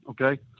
okay